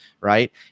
right